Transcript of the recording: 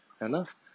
Enough